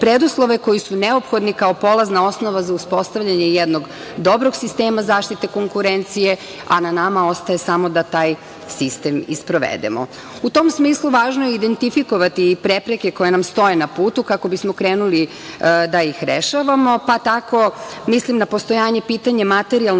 koji su neophodni kao polazna osnova za uspostavljanje jednog dobrog sistema zaštite konkurencije, a na nama ostaje samo da taj sistem i sprovedemo.U tom smislu, važno je identifikovati i prepreke koje nam stoje na putu kako bismo krenuli da ih rešavamo, pa tako mislim na postojanje pitanja materijalnog